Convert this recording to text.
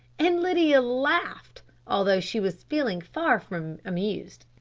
and lydia laughed, although she was feeling far from amused.